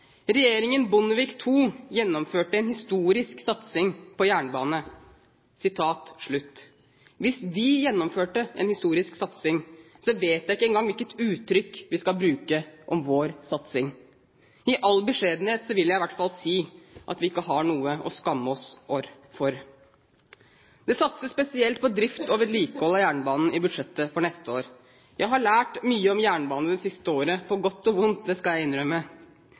Bondevik II gjennomførte en historisk satsning på jernbane.» Hvis de gjennomførte en historisk satsing, vet jeg ikke engang hvilke uttrykk vi skal bruke om vår satsing. I all beskjedenhet vil jeg i hvert fall si at vi ikke har noe å skamme oss over. Det satses spesielt på drift og vedlikehold av jernbanen i budsjettet for neste år. Jeg har lært mye om jernbane det siste året, på godt og vondt, det skal jeg innrømme.